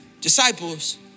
disciples